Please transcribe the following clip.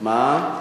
מה?